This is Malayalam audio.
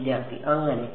വിദ്യാർത്ഥി അങ്ങനെ